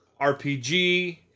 RPG